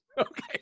Okay